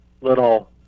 little